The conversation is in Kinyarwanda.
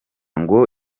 ngo